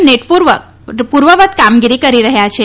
network પૂર્વવત કામગીરી કરી રહ્યા છે